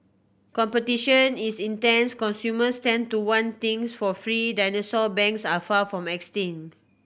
competition is intense consumers tend to want things for free dinosaur banks are far from extinct